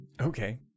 Okay